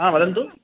हा वदन्तु